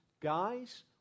guys